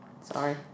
Sorry